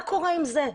מה קורה עם זה?